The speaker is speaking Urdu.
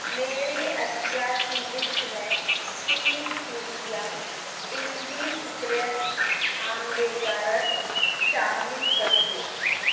میری اشیاء کی لسٹ میں تین شیشیاں انڈی سیکریٹس آملے کا رس شامل کر دو